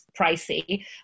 pricey